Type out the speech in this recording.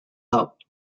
doubt